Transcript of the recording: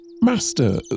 Master